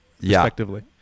respectively